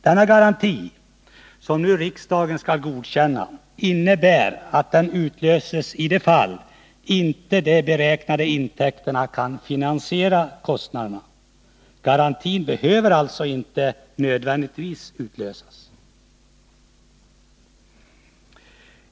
Denna garanti, som riksdagen skall godkänna, utlöses om de beräknade intäkterna inte kan finansiera kostnaderna. Garantin behöver alltså inte nödvändigtvis utlösas.